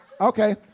okay